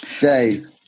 Dave